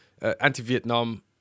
anti-Vietnam